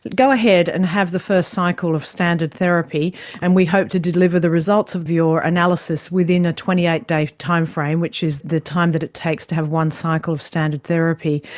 go ahead and have the first cycle of standard therapy and we hope to deliver the results of your analysis within a twenty eight day timeframe, which is the time that it takes to have one cycle of standard therapy.